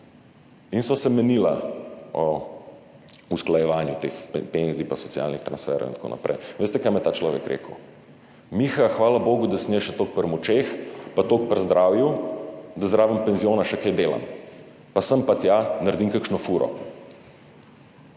In sva se menila o usklajevanju teh penzij pa socialnih transferjev in tako naprej. Veste, kaj mi je ta človek rekel? Miha, hvala bogu, da sem jaz še toliko pri močeh pa toliko pri zdravju, da zraven penziona še kaj delam pa sem pa tja naredim kakšno furo,